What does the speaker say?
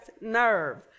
nerve